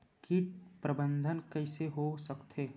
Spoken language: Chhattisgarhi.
कीट प्रबंधन कइसे हो सकथे?